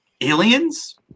aliens